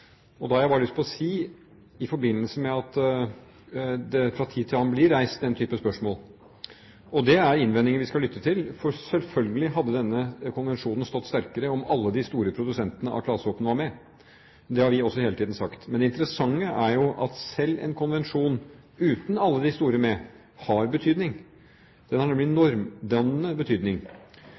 gjerdet. Da har jeg bare lyst til å si i forbindelse med at det fra tid til annen blir reist den type spørsmål, og det er innvendinger vi skal lytte til, at selvfølgelig hadde denne konvensjonen stått sterkere om alle de store produsentene av klasevåpen var med. Det har vi også hele tiden sagt. Men det interessante er jo at selv en konvensjon uten alle de store med har betydning. Den har normdannende betydning.